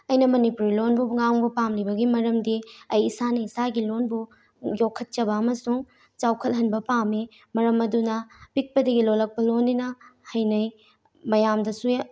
ꯑꯩꯅ ꯃꯅꯤꯄꯨꯔꯤ ꯂꯣꯟꯕꯨ ꯉꯥꯡꯕ ꯄꯥꯝꯂꯤꯕꯒꯤ ꯃꯔꯝꯗꯤ ꯑꯩ ꯏꯁꯥꯅ ꯏꯁꯥꯒꯤ ꯂꯣꯟꯕꯨ ꯌꯣꯛꯈꯠꯆꯕ ꯑꯃꯁꯨꯡ ꯆꯥꯨꯈꯠꯍꯟꯕ ꯄꯥꯝꯃꯤ ꯃꯔꯝ ꯑꯗꯨꯅ ꯄꯤꯛꯄꯗꯒꯤ ꯂꯣꯜꯂꯛꯄ ꯂꯣꯟꯅꯤꯅ ꯍꯩꯅꯩ ꯃꯌꯥꯝꯗꯁꯨ